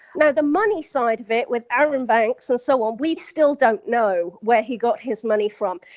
now the money side of it with arron banks and so on, we still don't know where he got his money from,